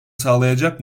sağlayacak